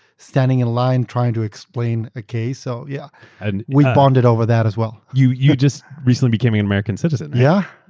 standing in line trying to explain a case, so yeah and we bonded over that as well. you you just recently became an american citizen? yeah.